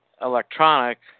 electronic